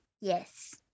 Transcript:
Yes